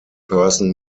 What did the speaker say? person